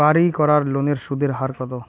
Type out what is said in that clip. বাড়ির করার লোনের সুদের হার কত?